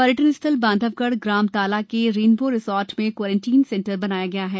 पर्यटन स्थल बांधवगढ ग्राम ताला के रेनबों रिसार्ट में क्वारेटाईन सेंटर बनाया गया है